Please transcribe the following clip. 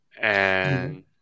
And-